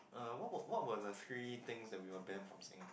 uh what were what were the free things that we were banned from Singapore